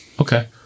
Okay